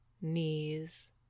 knees